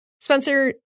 spencer